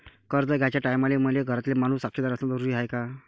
कर्ज घ्याचे टायमाले मले घरातील माणूस साक्षीदार असणे जरुरी हाय का?